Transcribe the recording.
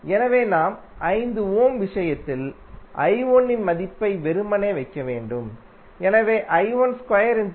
எனவே நாம் 5 ஓம் விஷயத்தில் I1 இன் மதிப்பை வெறுமனே வைக்க வேண்டும் எனவே I12 579